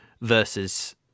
versus